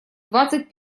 двадцать